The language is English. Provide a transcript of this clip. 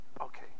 Okay